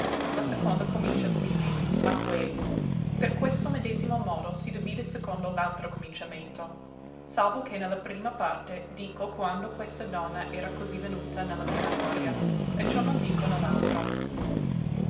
la seconda comincia quivi ma quei per questo medesimo modo si divide secondo l'altro cominciamento salvo che ne la prima parte dico quando questa donna era così venuta ne la mia memoria e ciò non dico